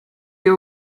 your